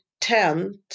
tent